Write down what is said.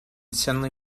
suddenly